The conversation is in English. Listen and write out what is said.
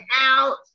out